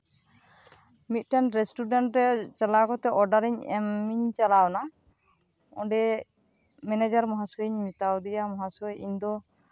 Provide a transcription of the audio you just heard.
ᱢᱤᱫᱴᱟᱱ ᱨᱮᱥᱴᱩᱨᱮᱱᱴ ᱨᱮ ᱪᱟᱞᱟᱣ ᱠᱟᱛᱮᱜ ᱚᱰᱟᱨ ᱤᱧ ᱮᱢ ᱤᱧ ᱪᱟᱞᱟᱣ ᱱᱟ ᱚᱸᱰᱮ ᱢᱮᱱᱮᱡᱟᱨ ᱢᱚᱦᱟᱥᱚᱭ ᱤᱧ ᱢᱮᱛᱟ ᱫᱮᱭᱟ ᱢᱚᱦᱟᱥᱚᱭ ᱤᱧ ᱫᱚ